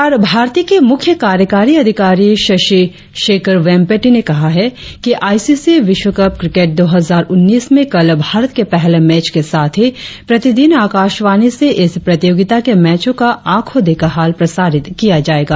प्रसार भारती के मुख्य कार्यकारी अधिकारी शशि शेखर वेम्पती ने कहा है कि आईसीसी विश्व कप क्रिकेट दो हजार उन्नीस में कल भारत के पहले मैच के साथ ही प्रतिदिन आकाशवाणी से इस प्रतियोगिता के मैचों का आंखो देखा हाल प्रसारित किया जायेगा